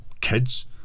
kids